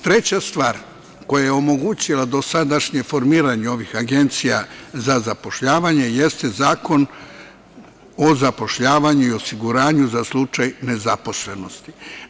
Treća stvar koja je omogućila dosadašnje formiranje ovih agencija za zapošljavanje jeste Zakon o zapošljavanju i osiguranju za slučaj nezaposlenosti.